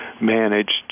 managed